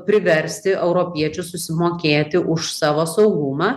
priversti europiečius susimokėti už savo saugumą